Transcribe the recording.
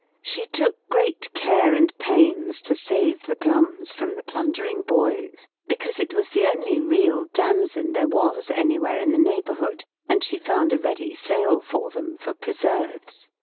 she took great care and pains to save the plums from the plundering boys, because it was the only real damson there was anywhere in the neighborhood, and she found a ready sale for them, for preserves.